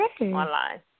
online